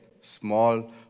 small